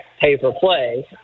pay-for-play